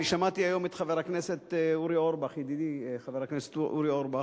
אני שמעתי היום את חבר הכנסת אורי אורבך ידידי חבר הכנסת אורי אורבך,